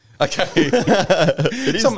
okay